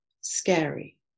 scary